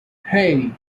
hey